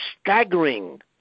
staggering